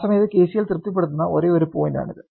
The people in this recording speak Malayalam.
ആ സമയത്ത് KCL തൃപ്തിപ്പെടുത്തുന്ന ഒരേയൊരു പോയിന്റ് ആണിത്